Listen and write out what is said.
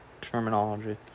terminology